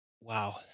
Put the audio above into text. Wow